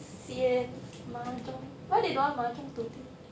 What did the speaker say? sian mahjong why they don't want mahjong today